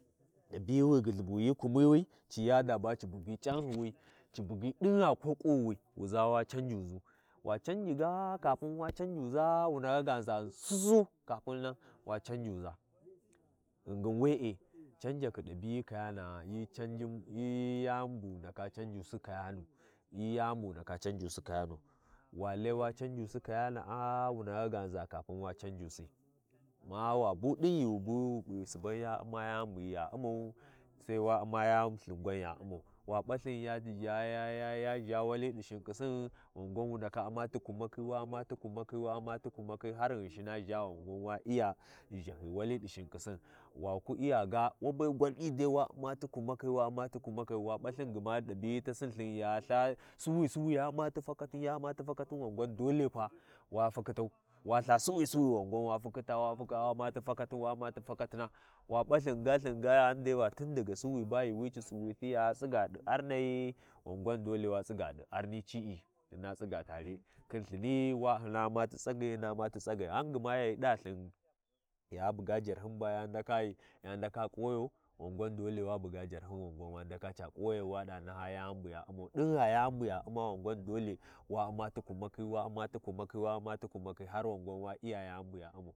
Wa bu yuuwi marwhai ghi tsagai, dole shaɗi wa giɗai, wa naha, kwatu ba SubanLthini ya U’mma wali tasin ɗi yuuwi ciy, wula giɗau, wangwan waɗi yuuwi ciya, wu ka giɗau, wangwan waɗi, ya nahawi wangwan wa nahyusin, wa naha wani’i wa naha d’i wa naha tana’a wa naha ci’i, wa naha tana’a wa ndaka Umma ti nahakhi yuuwi Ci’i, ah suban Lthinani, ya Umma miya, ya U’mma miya kai ghi Laya Sinni tana Sabo khin miya? Sabodi ghi naha tani ta Sinna, hyi Sinni babu mbani gha ndarau khin cani, magi ndara, ndara bu mbanai ghi naha hi Sinni bu kwa Laya ʒhewalai, ko hyi Sinni ba bu ʒhewali sosai, ghi Laya ʒhewli sosai, ghingin ma tsigamu khin can ma ndaka Ummati jigyi ma Ummati jigyi, ma Ummati jigyi, ma U’mmati jigyi, ma kuʒa P’iyatina, ma ʒa wani, maʒa wani, aa tana’a hi Sinni ba bu- bu Laya (ghunmu) ghumu yan ghumuna, wai laya famita Sinna, Sabo miya, ta khin yam ghumuna, maybe ta khin yan ghumuni gaara, ma ghuma tare khin cani ma ba wani, ma ba wa’ija tamita Sinna, hyi Sinni bu laya Lthadai, wunai ga wi P’i Sinni bu laya Lthadai, hyin ndaka ga gyica pagen ba Sosai Sosai hyina U’mma ti Lthaɗi hyina U’mma ti Lthadi hyina Umma ti Lthaɗi, har hyina, P’a, hyina P’a hyina P’a yantahyiyi wi.